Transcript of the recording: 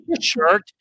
shirt